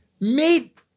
meet